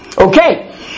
Okay